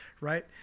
right